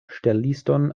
ŝteliston